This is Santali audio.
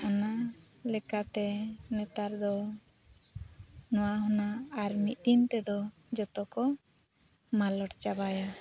ᱚᱱᱟ ᱞᱮᱠᱟᱛᱮ ᱱᱮᱛᱟᱨ ᱫᱚ ᱱᱚᱣᱟ ᱦᱚᱸ ᱱᱟᱜ ᱟᱨ ᱢᱤᱫ ᱫᱤᱱᱛᱮᱫᱚ ᱡᱚᱛᱚᱠᱚ ᱢᱟᱞᱚᱴ ᱪᱟᱵᱟᱭᱟ